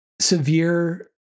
severe